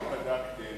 האם בדקתם